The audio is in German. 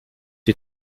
die